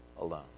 alone